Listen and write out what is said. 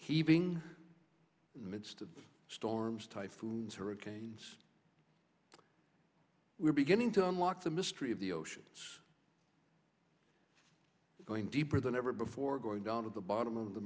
heaving in the midst of storms typhoons hurricanes we're beginning to unlock the mystery of the oceans going deeper than ever before going down to the bottom of the